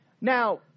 Now